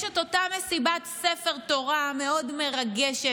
יש את אותה מסיבת ספר תורה מאוד מרגשת,